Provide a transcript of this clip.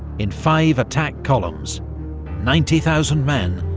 in five attack columns ninety thousand men,